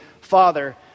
father